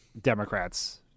Democrats